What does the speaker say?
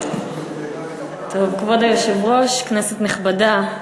כבוד היושב-ראש, כנסת נכבדה,